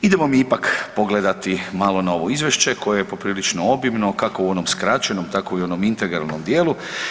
Idemo mi ipak pogledati malo na ovo izvješće koje je poprilično obimno, kako u onom skraćenom tako i u onom integralnom dijelu.